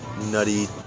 nutty